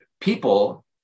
people